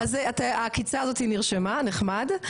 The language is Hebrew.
אז העקיצה הזאתי נרשמה, נחמד.